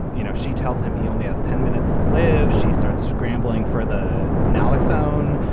you know, she tells him he only has ten minutes to live. she starts scrambling for the naloxone.